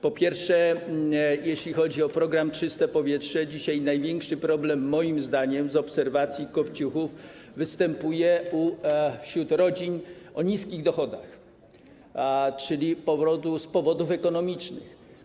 Po pierwsze, jeśli chodzi o program „Czyste powietrze”, dzisiaj największy problem moim zdaniem, jak wynika z obserwacji kopciuchów, występuje wśród rodzin o niskich dochodach, czyli z powodów ekonomicznych.